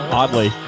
oddly